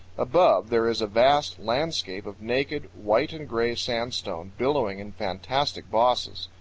above, there is a vast landscape of naked, white and gray sandstone, billowing in fantastic bosses.